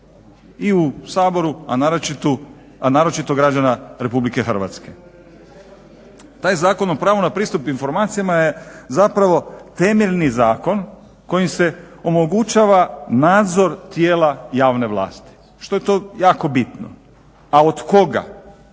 i u Saboru, a naročito građana RH. Taj Zakon o pravu na pristup informacijama je zapravo temeljni zakon kojim se omogućava nadzor tijela javne vlasti što je jako bitno. A od koga?